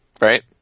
Right